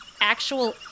actual